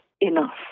enough